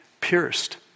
pierced